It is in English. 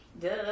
duh